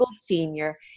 senior